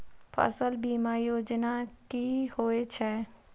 फसल बीमा योजना कि होए छै?